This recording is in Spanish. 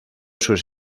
sus